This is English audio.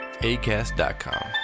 ACAST.com